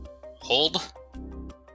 Hold